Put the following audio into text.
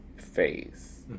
Face